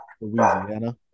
Louisiana